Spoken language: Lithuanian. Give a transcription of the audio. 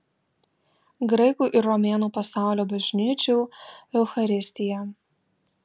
graikų ir romėnų pasaulio bažnyčių eucharistija